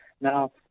Now